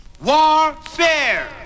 warfare